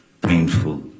painful